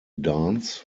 dance